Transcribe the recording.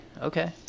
Okay